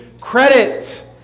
credit